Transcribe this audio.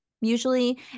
usually